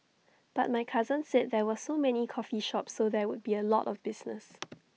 but my cousin said there were so many coffee shops so there would be A lot of business